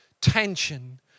tension